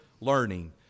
learning